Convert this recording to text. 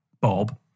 Bob